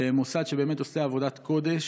מוסד שבאמת עושה עבודת קודש,